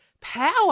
power